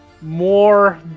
more